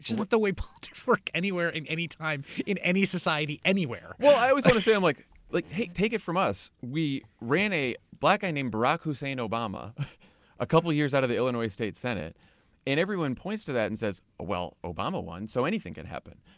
like the way politics work anywhere in any time in any society anywhere. well, i was going to say um like like take take it from us. we ran a black guy named barack hussein obama a couple of years out of the illinois state senate and everyone points to that and says, well, obama won. so anything can happen.